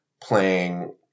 playing